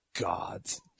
gods